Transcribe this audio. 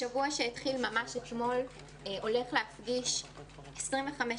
השבוע התחיל ממש אתמול והוא הולך להפגיש 25,000